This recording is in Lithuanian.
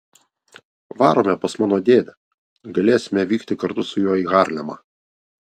varome pas mano dėdę galėsime vykti kartu su juo į harlemą